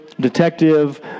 detective